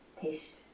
taste